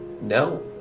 No